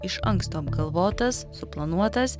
iš anksto apgalvotas suplanuotas